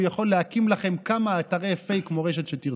הוא יכול להקים לכם כמה אתרי פייק מורשת שתרצו.